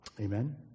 Amen